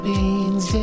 Beans